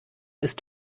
ist